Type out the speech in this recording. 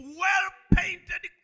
well-painted